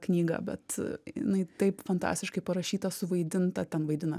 knygą bet jinai taip fantastiškai parašyta suvaidinta ten vaidina